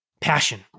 Passion